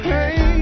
Hey